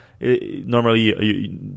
normally